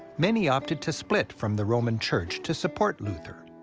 many opted to split from the roman church to support luther,